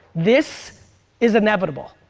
this is inevitable,